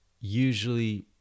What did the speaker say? Usually